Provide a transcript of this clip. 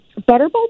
Butterball